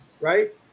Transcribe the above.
right